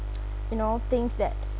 you know things that